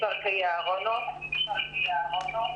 ברור שיש הרבה יוזמות מקומיות מדהימות,